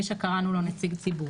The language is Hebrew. מי שקראנו לו נציג ציבור.